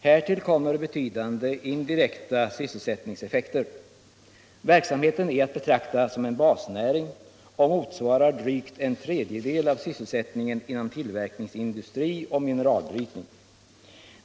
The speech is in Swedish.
Härtill kommer betydande indirekta sysselsättningseffekter. Verksamheten är att betrakta som en basnäring och motsvarar drygt en tredjedel av sysselsättningen inom tillverkningsindustri och mineralbrytning.